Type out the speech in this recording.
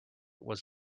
was